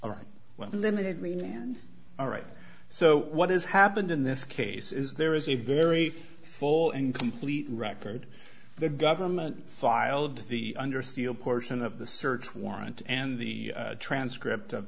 and all right so what is happened in this case is there is a very full and complete record the government file of the under seal portion of the search warrant and the transcript of